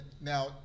Now